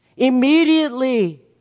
immediately